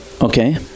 Okay